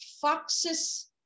foxes